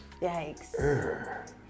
Yikes